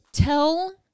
Tell